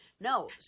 no